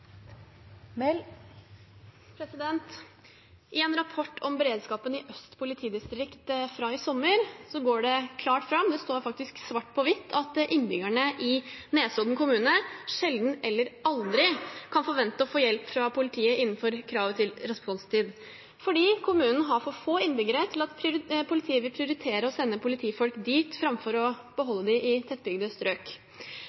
I en rapport om beredskapen i Øst politidistrikt fra i sommer går det klart fram, det står faktisk svart på hvitt, at innbyggerne i Nesodden kommune sjelden eller aldri kan forvente å få hjelp fra politiet innenfor kravet til responstid fordi kommunen har for få innbyggere til at politiet vil prioritere å sende politifolk dit framfor å